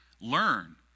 learn